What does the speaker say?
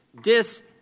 dis